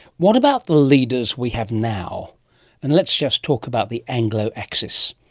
what about the leaders we have now and let's just talk about the anglo axis.